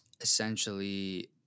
essentially